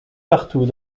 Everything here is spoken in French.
partout